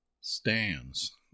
stands